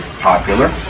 popular